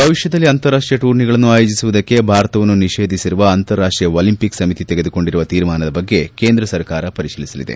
ಭವಿಷ್ಣದಲ್ಲಿ ಅಂತಾರಾಷ್ಷೀಯ ಟೂರ್ನಿಗಳನ್ನು ಆಯೋಜಿಸುವುದಕ್ಕೆ ಭಾರತವನ್ನು ನಿಷೇಧಿಸಿರುವ ಅಂತಾರಾಷ್ಷೀಯ ಒಲಿಂಪಿಕ್ ಸಮಿತಿ ತೆಗೆದುಕೊಂಡಿರುವ ತೀರ್ಮಾನದ ಬಗ್ಗೆ ಕೇಂದ್ರ ಸರ್ಕಾರ ಪರಿಶೀಲಿಸಲಿದೆ